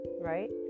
right